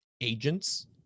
agents